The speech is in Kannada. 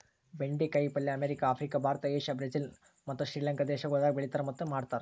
ಬೆಂಡೆ ಕಾಯಿ ಪಲ್ಯ America, Africa, Bharat, Asia, Brazil ಮತ್ತ್ ಶ್ರೀ ಲಂಕಾ ದೇಶಗೊಳ್ದಾಗ್ ಬೆಳೆತಾರ್ ಮತ್ತ್ ಮಾಡ್ತಾರ್